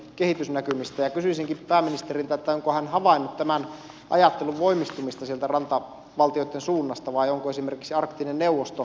kysyisinkin pääministeriltä onko hän havainnut tämän ajattelun voimistumista sieltä rantavaltioitten suunnasta vai onko esimerkiksi arktinen neuvosto vahvistanut asemaansa